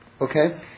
Okay